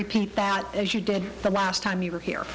repeat that as you did the last time you we're here